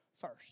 first